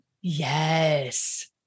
Yes